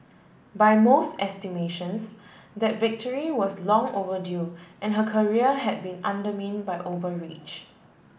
by most estimations that victory was long overdue and her career had been by overreach